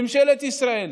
ממשלת ישראל,